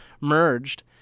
merged